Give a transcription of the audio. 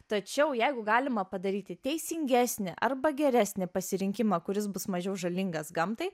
tačiau jeigu galima padaryti teisingesnį arba geresnį pasirinkimą kuris bus mažiau žalingas gamtai